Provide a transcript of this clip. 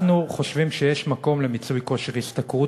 אנחנו חושבים שיש מקום למיצוי כושר השתכרות,